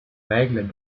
règles